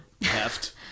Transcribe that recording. heft